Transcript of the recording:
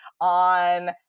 on